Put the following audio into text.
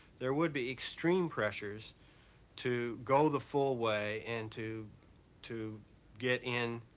there would be extreme pressures to go the full way and to to get in,